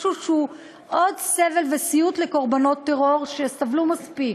משהו שהוא עוד סבל וסיוט לקורבנות טרור שסבלו מספיק.